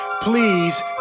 Please